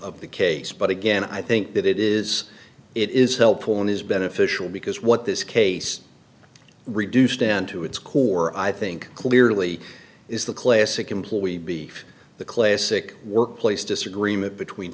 of the case but again i think that it is it is helpful and is beneficial because what this case reduced down to its core i think clearly is the classic employee beef the classic workplace disagreement between